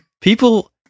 People